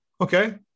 okay